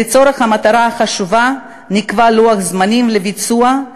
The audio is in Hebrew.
לצורך המטרה החשובה נקבע לוח זמנים לביצועף